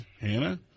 Hannah